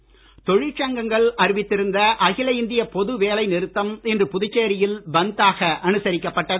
பந்த் தொழிற்சங்கங்கள் அறிவித்திருந்த அகில இந்திய பொது வேலை நிறுத்தம் இன்று புதுச்சேரியில் பந்த் ஆக அனுசரிக்கப்பட்டது